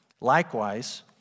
Likewise